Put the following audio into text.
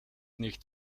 nicht